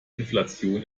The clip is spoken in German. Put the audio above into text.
inflation